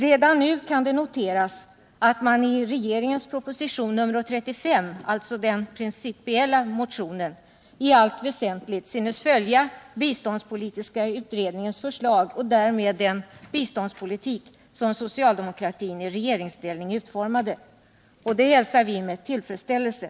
Redan nu kan det noteras att man i propositionen 135, dvs. den principiella propositionen, i allt väsentligt synes följa den biståndspolitiska utredningens förslag och därmed den biståndspolitik som socialdemokratin i regeringsställning utformade. Det hälsar vi med tillfredsställelse.